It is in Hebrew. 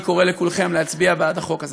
אני קורא לכולכם להצביע בעד החוק הזה.